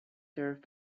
served